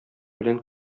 белән